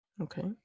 Okay